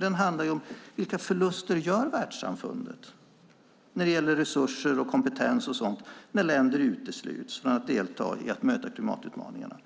Den handlar om vilka förluster världssamfundet gör när det gäller resurser och kompetens när länder utesluts från att delta i att möta klimatutmaningarna.